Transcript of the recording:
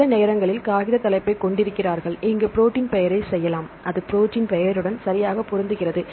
சில நேரங்களில் காகிதத் தலைப்பைக் கொண்டிருக்கிறார்கள் இங்கு ப்ரோடீன்ப் பெயரைச் செய்யலாம் அது ப்ரோடீன்ப் பெயருடன் சரியாக பொருந்துகிறது